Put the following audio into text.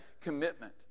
commitment